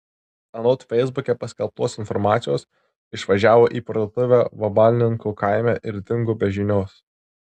anot feisbuke paskelbtos informacijos išvažiavo į parduotuvę vabalninko kaime ir dingo be žinios